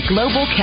Global